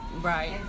Right